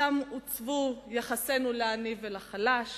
שם עוצב יחסנו לעני ולחלש